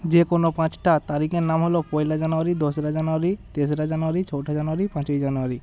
যে কোনো পাঁচটা তারিখের নাম হল পয়লা জানুয়ারি দোসরা জানুয়ারি তেসরা জানুয়ারি চৌঠা জানুয়ারি পাঁচই জানুয়ারি